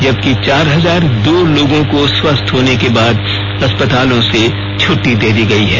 जब्की चार हजार दो लोगों को स्वस्थ होने के बाद अस्पतालों से छुट्टी दे दी गई है